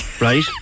right